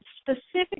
specifically